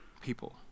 people